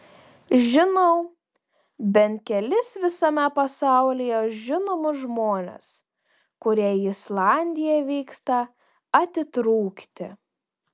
žinau bent kelis visame pasaulyje žinomus žmones kurie į islandiją vyksta atitrūkti